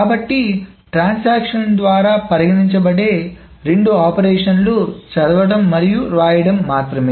కాబట్టి ట్రాన్సాక్షన్ల ద్వారా పరిగణించబడే రెండు ఆపరేషన్లు చదవడం మరియు వ్రాయడం మాత్రమే